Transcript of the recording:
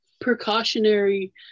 precautionary